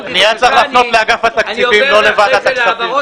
את הפנייה צריך להפניות לאגף התקציבים ולא לוועדת הכספים.